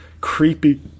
creepy